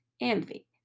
envy